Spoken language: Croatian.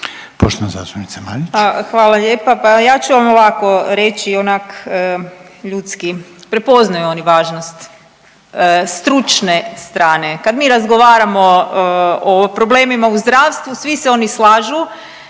**Marić, Andreja (SDP)** Hvala lijepa. Pa ja ću vam ovako reći onak ljudski, prepoznaju oni važnost stručne strane. Kad mi razgovaramo o problemima u zdravstvu svi se oni slažu